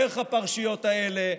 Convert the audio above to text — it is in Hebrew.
דרך הפרשיות האלה,